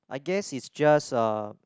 I guess it's just uh